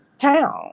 town